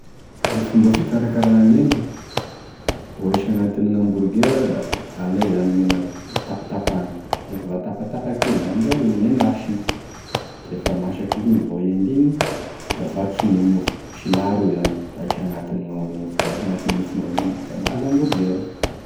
E fomba fikarakara gn'hena ho ahisy agnatin'e hamburger da alay zany gn'hena tapitapahagny da rehefa vatapatapaky izy da handraoy na endasigny, da rehefa masaky igny izy voaendy igny da vakigny e mofo, silahy roy zany da ahisy agnatiny gnao gne mofo, ahisy agnatigne mofo gn'ao gn'hena da mahazo hamburger.